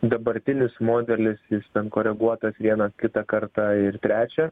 dabartinis modelis jis ten koreguotas vieną kitą kartą ir trečią